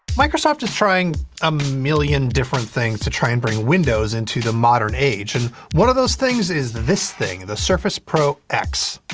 microsoft is trying a million different things to try and bring windows into the modern age and one of those things is this thing, the surface pro x.